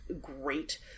great